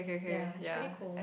yea is pretty cool